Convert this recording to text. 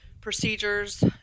procedures